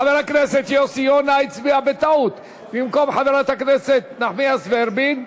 חבר הכנסת יוסי יונה הצביע בטעות במקום חברת הכנסת נחמיאס ורבין.